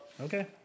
Okay